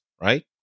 right